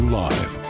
live